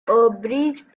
breeze